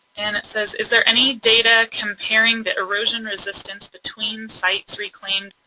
and it says is there any data comparing the erosion resistance between sites reclaimed,